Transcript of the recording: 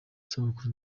isabukuru